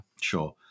sure